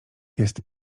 jest